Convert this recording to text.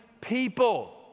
people